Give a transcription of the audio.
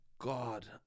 God